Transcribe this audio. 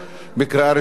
בקריאה ראשונה.